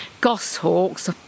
goshawks